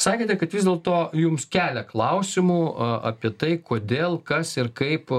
sakėte kad vis dėlto jums kelia klausimų apie tai kodėl kas ir kaip